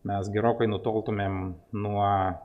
mes gerokai nutoltumėm nuo